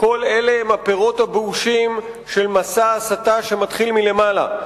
כל אלה הם הפירות הבאושים של מסע ההסתה שמתחיל מלמעלה,